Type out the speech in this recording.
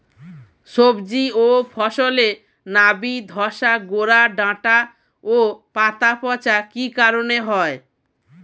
সবজি ও ফসলে নাবি ধসা গোরা ডাঁটা ও পাতা পচা কি কারণে হয়?